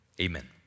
amen